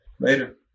Later